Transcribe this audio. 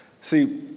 See